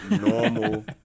normal